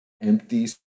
empty